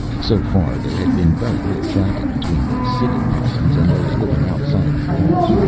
so far there had been very little traffic between the city pyrrans and those living outside the walls,